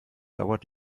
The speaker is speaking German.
dauert